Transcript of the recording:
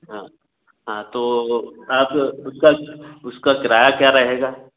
हाँ हाँ तो आप उसका उसका किराया क्या रहेगा